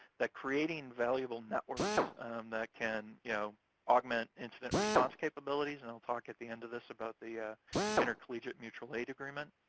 that creating valuable networks um that can you know augment incident response capabilities. and i'll talk at the end of this about the ah intercollegiate mutual aid agreement.